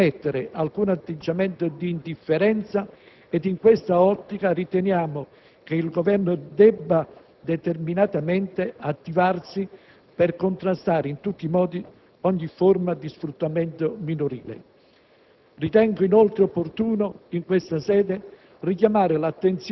della gente; tuttavia è certo che il Parlamento non si può permettere alcun atteggiamento di indifferenza e, in questa ottica, riteniamo che il Governo debba determinatamente attivarsi per contrastare in tutti i modi ogni forma di sfruttamento minorile.